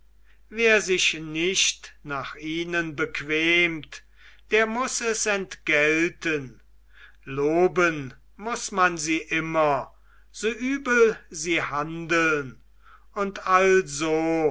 wer sich nicht nach ihnen bequemt der muß es entgelten loben muß man sie immer so übel sie handeln und also